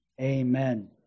Amen